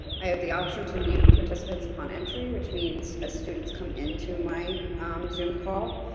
i have the option to mute participants upon entry, which means as students come into my zoom call,